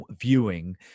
viewing